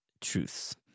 Truths